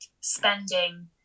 spending